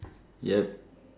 yup